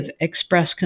express